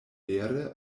vere